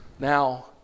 Now